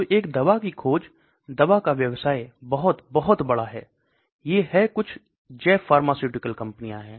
तो एक दवा की खोज दवा का व्यवसाय बहुत बहुत बड़ा है ये हैं कुछ जैव फार्मास्युटिकल कंपनियां है